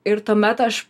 ir tuomet aš